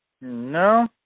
No